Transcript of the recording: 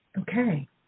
Okay